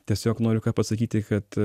tiesiog noriu ką pasakyti kad